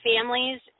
families